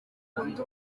akunda